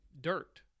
dirt